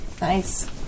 Nice